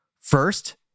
First